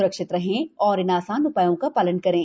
सुरक्षित रहें और इन आसान उपायों का पालन करें